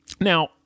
Now